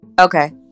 Okay